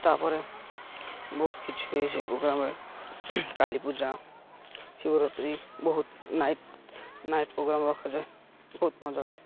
ତା'ପରେ ବହୁତ କିଛି ହୁଏ ସେ ପ୍ରୋଗ୍ରାମ୍ରେ କାଳିପୂଜା ଶିବରାତ୍ରି ବହୁତ ନାଇଟ୍ ନାଇଟ୍ ପ୍ରୋଗ୍ରାମ୍ ରଖାଯାଏ ବହୁତ ମଜା ହୁଏ